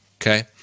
Okay